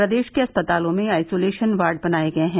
प्रदेश के अस्पतालों में आइसोलेशन वार्ड बनाये गये हैं